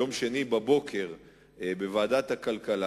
ביום שני בבוקר בוועדת הכלכלה,